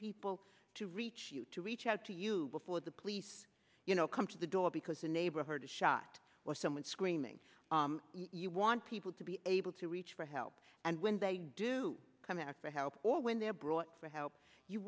people to reach you to reach out to you before the police you know come to the door because a neighbor heard a shot or someone screaming you want people to be able to reach for help and when they do come out for help or when they're brought for help you